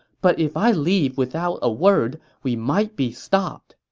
but if i leave without a word, we might be stopped.